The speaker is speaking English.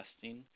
testing